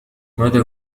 ماذا